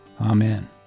Amen